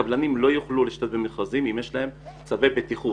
קבלנים לא יוכלו להשתתף במכרזים אם יש להם צווי בטיחות.